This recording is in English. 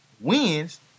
wins